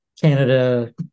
Canada